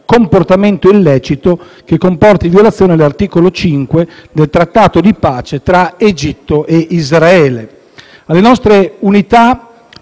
comportamento illecito che comporti la violazione dell'articolo 5 del Trattato di pace tra Egitto e Israele. Alle nostre unità